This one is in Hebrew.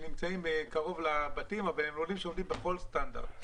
שנמצאים קרוב לבתים ואלה לולים שעונים על כל סטנדרט.